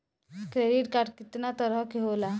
Credit card कितना तरह के होला?